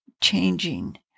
changing